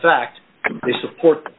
fact the support